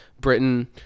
Britain